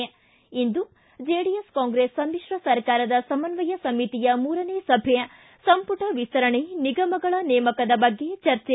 ಿ ಇಂದು ಜೆಡಿಎಸ್ ಕಾಂಗ್ರೆಸ್ ಸಮಿತ್ರ ಸರ್ಕಾರದ ಸಮನ್ವಯ ಸಮಿತಿಯ ಮೂರನೇಯ ಸಭೆ ಸಂಪುಟ ವಿಸ್ತರಣೆ ನಿಗಮಗಳ ನೇಮಕದ ಬಗ್ಗೆ ಚರ್ಚೆ